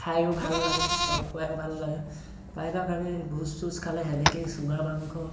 খাইয়ো ভাল লাগে আৰু খুৱাইয়ো ভাল লাগে প্ৰায়ভাগ আমি ভোজ চোজ খালে সেনেকেই চুঙা মাংস